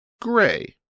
gray